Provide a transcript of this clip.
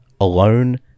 alone